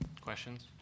Questions